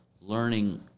learning